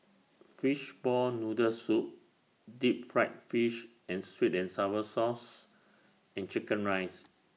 Fishball Noodle Soup Deep Fried Fish and Sweet and Sour Sauce and Chicken Rice